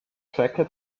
jacket